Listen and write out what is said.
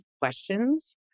questions